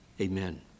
Amen